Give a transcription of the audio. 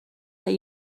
let